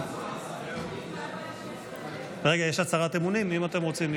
שינוי חלוקת התפקידים בין השרים נתקבלה.